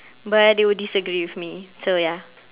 but they would disagree with me so ya